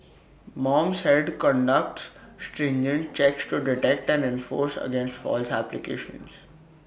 mom said conducts stringent checks to detect and enforce against false applications